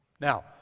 Now